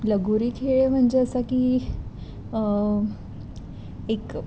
लगोरी खेळ म्हणजे असं की एक